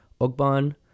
Ogban